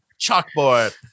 chalkboard